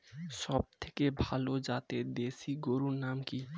সবথেকে ভালো জাতের দেশি গরুর নাম কি?